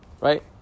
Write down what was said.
right